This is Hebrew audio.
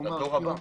הדור הבא.